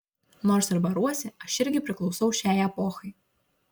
nors ir baruosi aš irgi priklausau šiai epochai